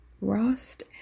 Rost